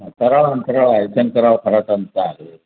हां तराळ अंतराळ आहे शंकरराव खरातांचं आहे